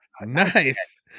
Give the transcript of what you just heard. nice